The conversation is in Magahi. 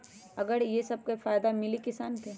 और ये से का फायदा मिली किसान के?